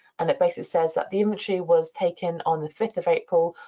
and it basically says that the inventory was taken on the fifth of april,